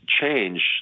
change